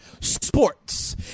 Sports